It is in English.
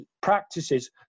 practices